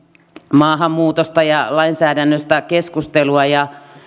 maahanmuutosta ja lainsäädännöstä keskustelua ja